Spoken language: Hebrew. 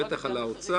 בטח על האוצר,